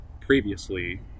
previously